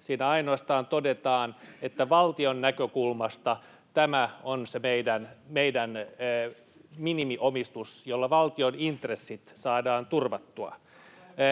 siinä ainoastaan todetaan, että valtion näkökulmasta tämä on se meidän minimiomistus, jolla valtion intressit saadaan turvattua.